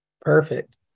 Perfect